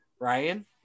Ryan